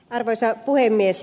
arvoisa puhemies